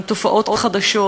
עם תופעות חדשות,